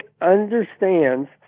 understands